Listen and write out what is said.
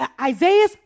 Isaiah